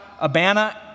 Abana